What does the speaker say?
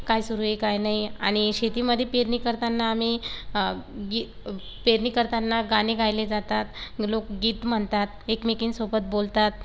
काय सुरू आहे काय नाही आणि शेतीमध्ये पेरणी करताना आम्ही गी पेरणी करताना गाणे गायले जातात लोकगीत म्हणतात एकमेकींसोबत बोलतात